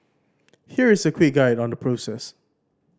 here is a quick guide on the process